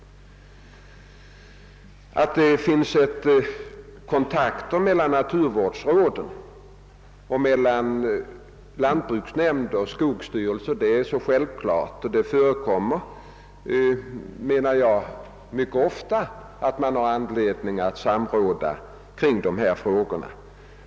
Att det förekommer kontakter mellan naturvårdsråden och lantbruksnämnder och skogsstyrelser är alldeles självklart. Man har mycket ofta anledning att samråda kring dessa frågor.